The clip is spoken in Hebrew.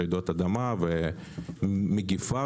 ברעידות אדמה ועכשיו במגפה,